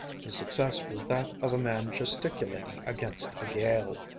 his success was that of a man gesticulating against a gale.